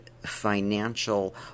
financial